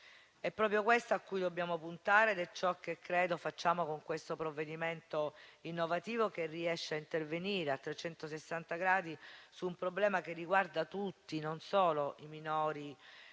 È proprio questo a cui dobbiamo puntare ed è ciò che credo facciamo con questo provvedimento innovativo che riesce a intervenire a trecentosessanta gradi su un problema che riguarda non solo i minori